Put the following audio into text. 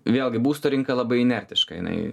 vėlgi būsto rinka labai inertiška jinai